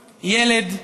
ילד,